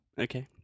Okay